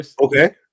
Okay